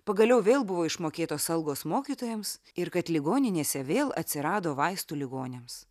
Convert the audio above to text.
pagaliau vėl buvo išmokėtos algos mokytojams ir kad ligoninėse vėl atsirado vaistų ligoniams